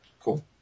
Cool